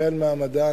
המדען,